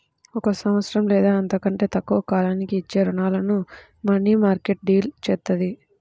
ఒక సంవత్సరం లేదా అంతకంటే తక్కువ కాలానికి ఇచ్చే రుణాలను మనీమార్కెట్ డీల్ చేత్తది